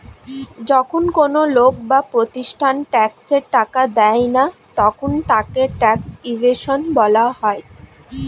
যখন কোন লোক বা প্রতিষ্ঠান ট্যাক্সের টাকা দেয় না তখন তাকে ট্যাক্স ইভেশন বলা হয়